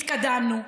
התקדמנו,